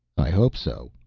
i hope so.